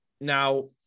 Now